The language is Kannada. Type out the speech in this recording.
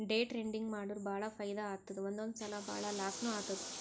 ಡೇ ಟ್ರೇಡಿಂಗ್ ಮಾಡುರ್ ಭಾಳ ಫೈದಾ ಆತ್ತುದ್ ಒಂದೊಂದ್ ಸಲಾ ಭಾಳ ಲಾಸ್ನೂ ಆತ್ತುದ್